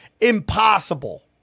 impossible